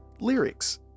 lyrics